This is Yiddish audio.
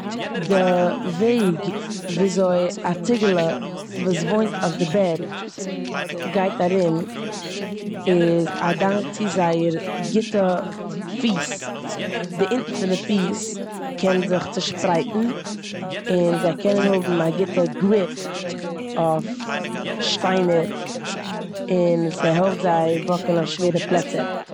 די וועג וויאזוי א ציגעלע וואס וואוינט אויף די בערג גייט ארום איז א דאנק צו זייער גוטע פיס. די אונטן פון די פיס קען זיך צישפרייטן און זיי קענען האבן א גוטע גריפ אויף שטיינער און ס'העלפט זיי וואקן אויף שווערע פלעצער.